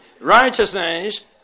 Righteousness